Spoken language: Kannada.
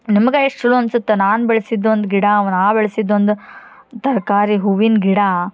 ನಮಗೆ ಎಷ್ಟು ಚಲೋ ಅನ್ಸತ್ತೆ ನಾನು ಬೆಳೆಸಿದ್ದು ಒಂದು ಗಿಡ ನಾ ಬೆಳ್ಸಿದ್ದು ಒಂದು ತರಕಾರಿ ಹೂವಿನ ಗಿಡ